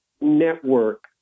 network